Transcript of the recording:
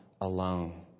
alone